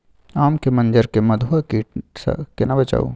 आम के मंजर के मधुआ कीट स केना बचाऊ?